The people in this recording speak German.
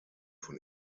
von